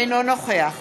אינו נוכח